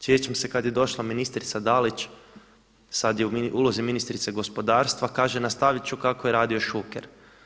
Sjećam se kada je došla ministrica Dalić, sada je u ulozi ministrice gospodarstva, kaže nastaviti ću kako je radio Šuker.